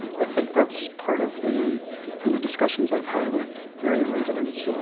i think that's part of the from the discussions i've had with area residents,